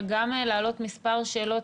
אבל גם להעלות מספר שאלות,